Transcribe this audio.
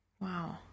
Wow